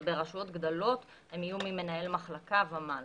וברשויות גדולות הן יהיו ממנהל מחלקה ומעלה.